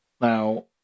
Now